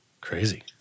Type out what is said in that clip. crazy